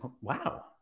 Wow